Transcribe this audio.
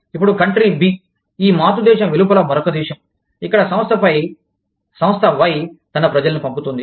ఇప్పుడు country B ఈ మాతృ దేశం వెలుపల మరొక దేశం ఇక్కడ సంస్థ వై తన ప్రజలను పంపుతుంది